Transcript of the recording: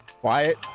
Quiet